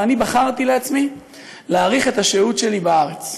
ואני בחרתי לעצמי להאריך את השהות שלי בארץ,